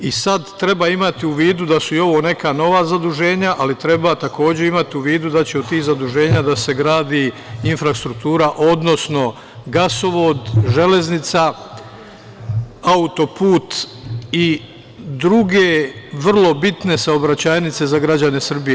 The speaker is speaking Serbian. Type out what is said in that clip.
I sada treba imati u vidu da su i ovo neka nova zaduženja, ali treba takođe imati u vidu da će od tih zaduženja da se gradi i infrastruktura, odnosno gasovod, železnica, autoput i druge vrlo bitne saobraćajnice za građane Srbije.